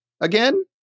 again